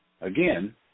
Again